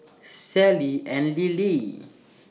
Sally and Lillie